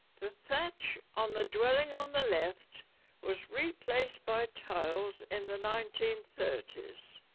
the thatch on the dwelling on the left was replaced by tiles in the nineteen thirty s